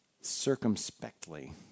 circumspectly